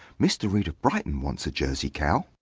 mr. reed of brighton wants a jersey cow.